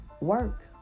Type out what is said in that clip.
work